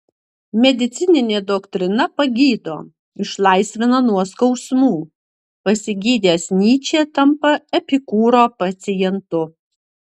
medicininė doktrina pagydo išlaisvina nuo skausmų pasigydęs nyčė tampa epikūro pacientu